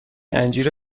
انجیر